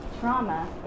trauma